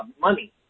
money